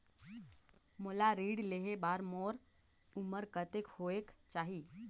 मोला ऋण लेहे बार मोर उमर कतेक होवेक चाही?